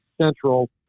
central